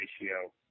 ratio